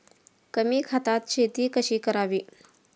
कमी खतात शेती कशी करावी?